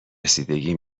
رسیدگی